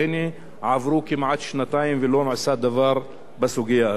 והנה עברו כמעט שנתיים ולא נעשה דבר בסוגיה הזו.